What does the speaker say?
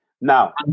Now